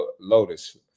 lotus